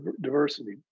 diversity